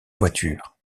voiture